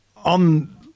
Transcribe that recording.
on